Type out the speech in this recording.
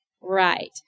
Right